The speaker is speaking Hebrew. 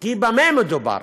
כי במה מדובר?